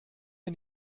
ihr